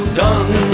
done